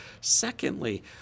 Secondly